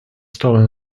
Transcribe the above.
stolen